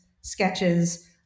sketches